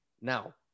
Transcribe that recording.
Now